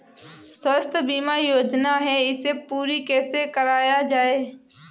स्वास्थ्य बीमा योजना क्या है इसे पूरी कैसे कराया जाए?